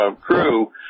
crew